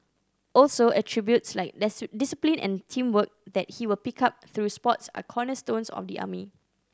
also attributes like discipline and teamwork that he will pick up through sport are cornerstones of the army